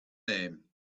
name